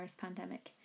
pandemic